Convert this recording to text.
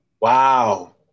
wow